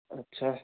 अच्छा